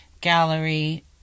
gallery